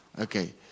Okay